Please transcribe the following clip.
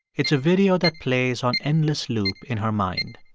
it's a video that plays on endless loop in her mind.